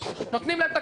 נותנים להם את הקרקעות.